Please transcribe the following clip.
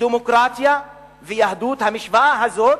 שדמוקרטיה ויהדות, המשוואה הזאת,